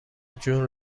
جون